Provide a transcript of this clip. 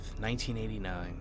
1989